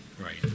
Right